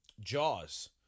Jaws